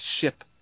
ship